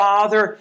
Father